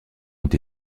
ont